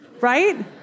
right